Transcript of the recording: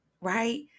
Right